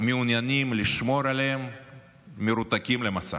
מעוניינים לשמור עליהם מרותקים למסך.